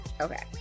Okay